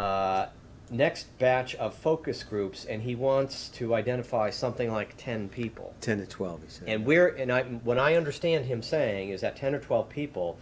the next batch of focus groups and he wants to identify something like ten people ten or twelve and where and when i understand him saying is that ten or twelve people